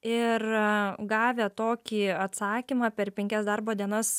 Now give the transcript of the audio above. ir gavę tokį atsakymą per penkias darbo dienas